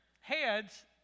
heads